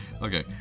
Okay